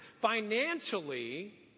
Financially